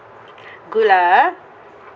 good lah ah